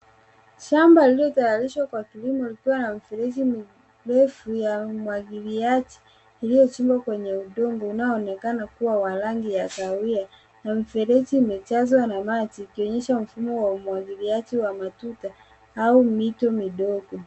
Shamba lililotayarishwa kwa kilimo likiwa na mifereji mirefu ya umwagiliaji iliyochimbwa kwenye udongo unaoonekana kuwa wa rangi ya kahawia na mfereji imejazwa na maji ikionyesha mfumo wa umwagiliaji wa matuta au mito midogo.